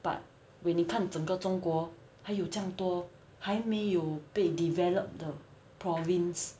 but when 你看整个中国还有这样多还没有被 developed 的 province